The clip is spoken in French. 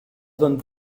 vingt